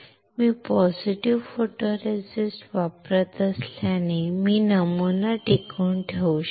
मी positive photoresist वापरत असल्याने मी नमुना टिकवून ठेवू शकतो